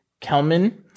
Kelman